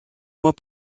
mois